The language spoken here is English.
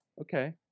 okay